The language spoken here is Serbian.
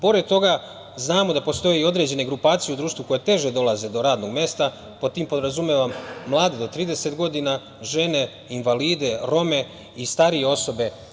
Pored toga znamo da postoji određene grupacije u društvu koje teže dolaze do radnog mesta, pod tim podrazumevam mlade do trideset godina, žene invalide, rome, i starije osobe.